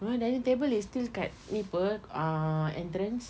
no dining table is still kat ni [pe] uh entrance